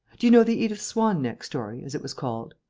do you know the edith swan-neck story, as it was called?